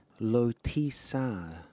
Lotisa